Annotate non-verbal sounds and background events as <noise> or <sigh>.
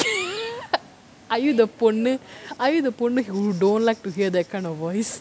<laughs> are you the பொண்ணு:ponnu are you the பொண்ணு:ponnu who don't like to hear that kind of voice